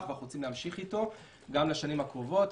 ואנחנו רוצים להמשיך איתו גם בשנים הקרובות.